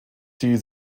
die